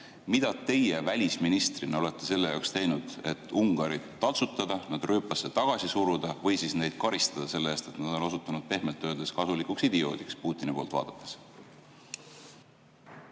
Mida teie välisministrina olete selle jaoks teinud, et Ungarit taltsutada, nad rööpasse tagasi suruda või siis neid karistada selle eest, et nad on osutunud, pehmelt öeldes, kasulikuks idioodiks Putini poolt vaadates?